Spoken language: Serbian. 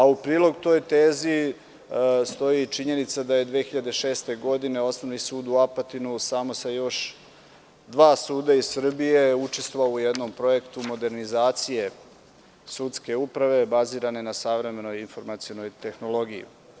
U prilog toj tezi, stoji činjenica da je 2006. godine Osnovni sud u Apatinu samo sa još dva suda iz Srbije učestvovao u jednom projektu modernizacije sudske uprave, bazirane na savremenoj informacionoj tehnologiji.